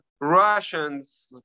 Russians